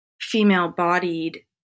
female-bodied